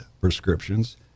prescriptions